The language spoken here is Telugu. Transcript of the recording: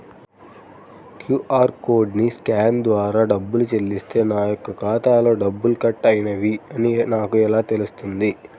క్యూ.అర్ కోడ్ని స్కాన్ ద్వారా డబ్బులు చెల్లిస్తే నా యొక్క ఖాతాలో డబ్బులు కట్ అయినవి అని నాకు ఎలా తెలుస్తుంది?